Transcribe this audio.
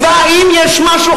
והאם יש משהו,